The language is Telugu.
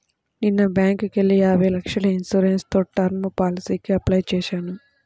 నిన్న బ్యేంకుకెళ్ళి యాభై లక్షల ఇన్సూరెన్స్ తో టర్మ్ పాలసీకి అప్లై చేశాను